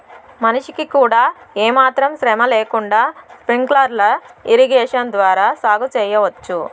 మనిషికి కూడా ఏమాత్రం శ్రమ లేకుండా స్ప్రింక్లర్ ఇరిగేషన్ ద్వారా సాగు చేయవచ్చు